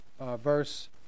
verse